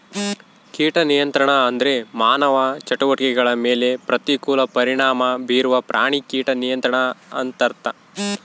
ಕೀಟ ನಿಯಂತ್ರಣ ಅಂದ್ರೆ ಮಾನವ ಚಟುವಟಿಕೆಗಳ ಮೇಲೆ ಪ್ರತಿಕೂಲ ಪರಿಣಾಮ ಬೀರುವ ಪ್ರಾಣಿ ಕೀಟ ನಿಯಂತ್ರಣ ಅಂತರ್ಥ